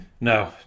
No